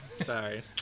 Sorry